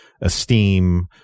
esteem